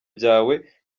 byawe